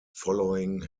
following